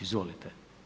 Izvolite.